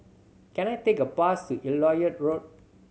can I take a bus to Elliot Road